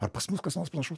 ar pas mus kas nors panašaus